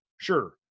Sure